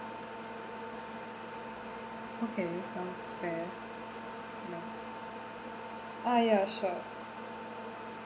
okay sounds fair ah ya sure